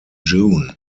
june